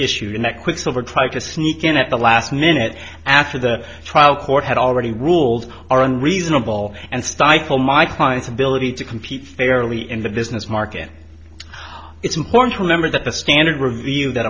issued and that quicksilver tried to sneak in at the last minute after the trial court had already ruled are unreasonable and stifle my client's ability to compete fairly in the business market it's important to remember that the standard review that